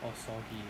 or soggy